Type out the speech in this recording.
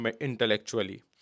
intellectually